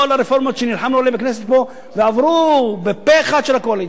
כל הרפורמות שנלחמנו עליהן בכנסת פה ועברו על-ידי הקואליציה,